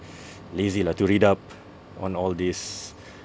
lazy lah to read up on all this